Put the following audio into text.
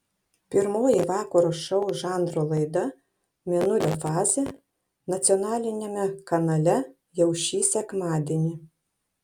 pirmoji vakaro šou žanro laida mėnulio fazė nacionaliniame kanale jau šį sekmadienį